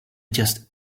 just